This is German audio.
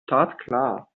startklar